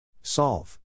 Solve